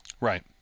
Right